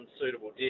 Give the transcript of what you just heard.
unsuitable